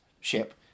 ship